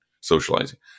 socializing